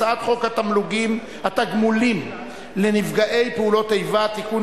הצעת חוק התגמולים לנפגעי פעולות איבה (תיקון,